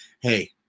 hey